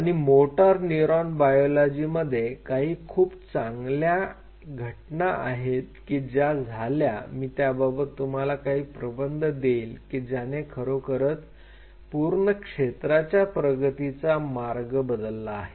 आणि motor neuron biology मध्ये काही खूपशा चांगल्या या घटना आहेत की ज्या झाल्या मी त्याबाबत तुम्हाला काही प्रबंध देईन की ज्याने खरोखरच पूर्ण क्षेत्राच्या प्रगतीचा मार्ग बदलला आहे